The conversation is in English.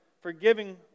forgiving